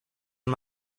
and